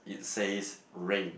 it says ring